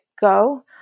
go